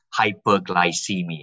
hyperglycemia